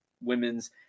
women's